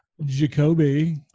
Jacoby